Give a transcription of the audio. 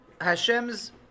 Hashem's